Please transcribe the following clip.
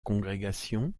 congrégation